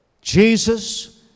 Jesus